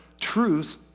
truth